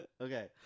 Okay